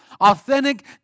authentic